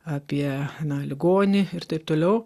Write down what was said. apie na ligonį ir taip toliau